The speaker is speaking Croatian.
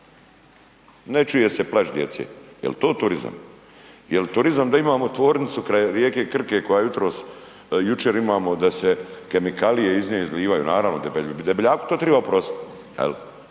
Ne čuje se plač djece. Jel' to turizam? Jel' turizam da imamo tvornicu kraj rijeke Krke koja je jutros, jučer imamo da se kemikalije iz nje izlijevaju? Naravno Debeljaku to treba oprostiti.